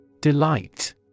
Delight